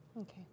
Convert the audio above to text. Okay